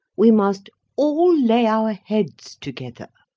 we must all lay our heads together.